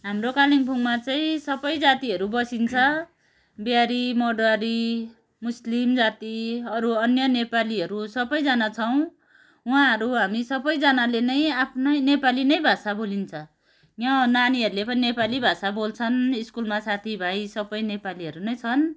हाम्रो कालिम्पोङमा चाहिँ सबै जातिहरू बसिन्छ बिहारी माडवाडी मुस्लिम जाति अरू अन्य नेपालीहरू सबैजना छौँ वहाँहरू हामी सपैजनाले नै आफ्नै नेपाली नै भाषा बोलिन्छ यहाँ नानीहरूले पनि नेपाली भाषा बोल्छन् स्कुलमा साथी भाइ सबै नेपालीहरू नै छन्